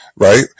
right